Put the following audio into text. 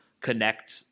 connect